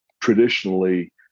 traditionally